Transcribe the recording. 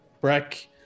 Breck